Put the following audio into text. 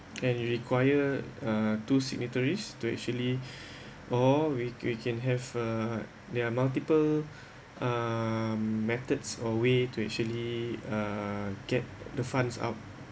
and require uh two signatories to actually or we we can have uh their multiple err method or way to actually uh err and get the funds out